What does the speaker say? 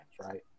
right